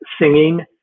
singing